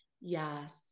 yes